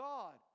God